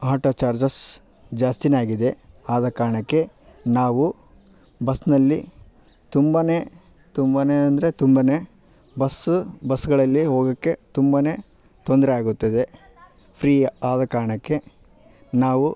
ಹಾಟೋ charges ಜಾಸ್ತಿ ಆಗಿದೆ ಆದ ಕಾರಣಕ್ಕೆ ನಾವು ಬಸ್ನಲ್ಲಿ ತುಂಬಾ ತುಂಬಾ ಅಂದರೆ ತುಂಬಾ ಬಸ್ಸು ಬಸ್ಗಳಲ್ಲಿ ಹೋಗೋಕ್ಕೆ ತುಂಬಾ ತೊಂದರೆಯಾಗುತ್ತದೆ ಫ್ರೀ ಆದ ಕಾರಣಕ್ಕೆ ನಾವು